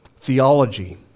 theology